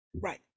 Right